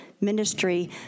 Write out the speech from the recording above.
ministry